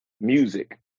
music